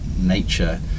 nature